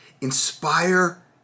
inspire